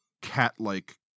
cat-like